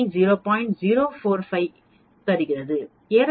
0455 தருகிறது ஏறக்குறைய இது 0